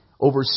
over